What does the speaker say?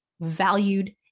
valued